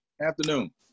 afternoon